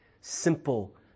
simple